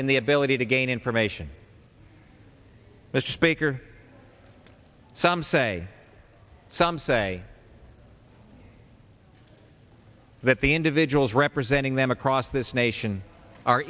in the ability to gain information mr speaker some say some say that the individuals representing them across this nation are